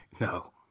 No